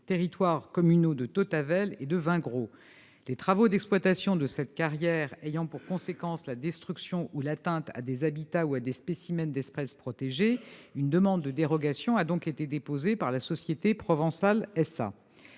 territoires communaux de Tautavel et de Vingrau. Les travaux d'exploitation de cette carrière ayant pour conséquence l'atteinte à des habitats ou à des spécimens d'espèces protégées ou leur destruction, une demande de dérogation a donc été déposée par la société Provençale SA.